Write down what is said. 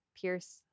Pierce